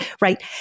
right